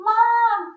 Mom